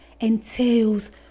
entails